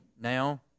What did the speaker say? now